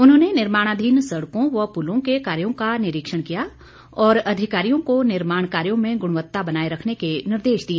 उन्होंने निर्माणाधीन सड़कों व पुलों के कार्यों का निरीक्षण किया और अधिकारियों को निर्माण कार्यो में गुणवत्ता बनाए रखने के निर्देश दिए